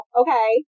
okay